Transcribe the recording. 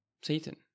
Satan